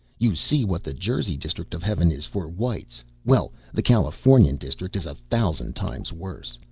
you see what the jersey district of heaven is, for whites well, the californian district is a thousand times worse.